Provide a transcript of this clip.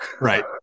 right